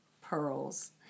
pearls